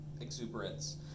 exuberance